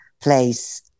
place